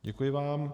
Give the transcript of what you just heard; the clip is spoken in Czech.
Děkuji vám.